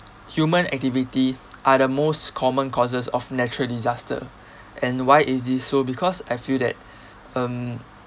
human activity are the most common causes of natural disaster and why is this so because I feel that um